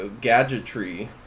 gadgetry